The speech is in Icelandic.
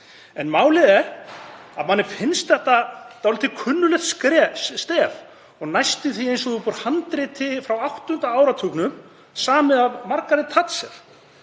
Málið er að mér finnst þetta dálítið kunnuglegt stef og næstum því eins og upp úr handriti frá áttunda áratugnum, samið af Margaret Thatcher.